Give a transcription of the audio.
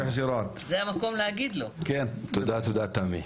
תודה, תמי.